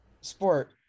sport